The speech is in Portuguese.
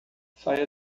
saia